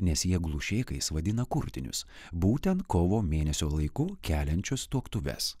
nes jie glušėkais vadina kurtinius būtent kovo mėnesio laiku keliančius tuoktuves